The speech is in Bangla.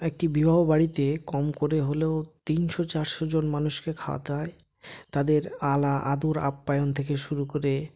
একটি বিবাহ বাড়িতে কম করে হলেও তিনশো চারশো জন মানুষকে খাওয়াতে হয় তাদের আদর আপ্যায়ন থেকে শুরু করে